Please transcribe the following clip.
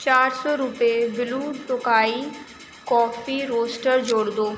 چار سو روپے بلیو ٹوکائی کافی روسٹرز جوڑ دو